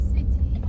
City